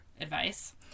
advice